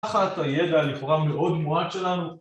ככה את הידע הנפורם מאוד מועד שלנו